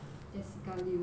jessica liu